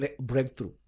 breakthrough